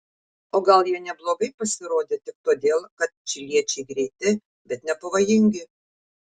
o gal jie neblogai pasirodė tik todėl kad čiliečiai greiti bet nepavojingi